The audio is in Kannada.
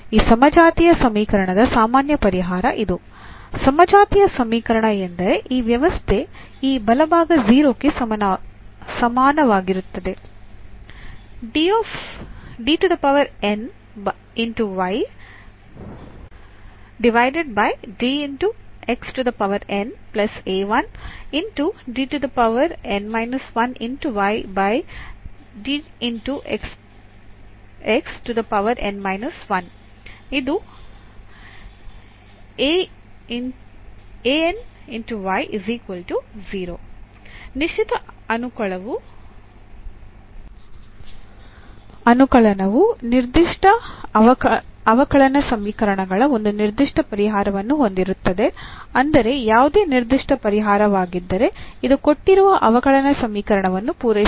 ಈ ಸಮಜಾತೀಯ ಸಮೀಕರಣದ ಸಾಮಾನ್ಯ ಪರಿಹಾರ ಇದು ಸಮಜಾತೀಯ ಸಮೀಕರಣ ಎಂದರೆ ಈ ವ್ಯವಸ್ಥೆ ಈ ಬಲಭಾಗ 0 ಕ್ಕೆ ಸಮಾನವಾಗಿರುತ್ತದೆ ನಿಶ್ಚಿತ ಅನುಕಲನವು ನಿರ್ದಿಷ್ಟ ಅವಕಲನ ಸಮೀಕರಣಗಳ ಒಂದು ನಿರ್ದಿಷ್ಟ ಪರಿಹಾರವನ್ನು ಹೊಂದಿರುತ್ತದೆ ಅಂದರೆ ಯಾವುದೇ ನಿರ್ದಿಷ್ಟ ಪರಿಹಾರವಾಗಿದ್ದರೆ ಇದು ಕೊಟ್ಟಿರುವ ಅವಕಲನ ಸಮೀಕರಣವನ್ನು ಪೂರೈಸುತ್ತದೆ